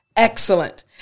Excellent